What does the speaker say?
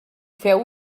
feu